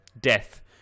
death